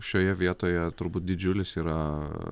šioje vietoje turbūt didžiulis yra